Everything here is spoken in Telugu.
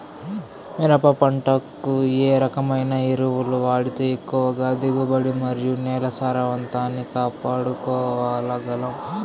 మిరప పంట కు ఏ రకమైన ఎరువులు వాడితే ఎక్కువగా దిగుబడి మరియు నేల సారవంతాన్ని కాపాడుకోవాల్ల గలం?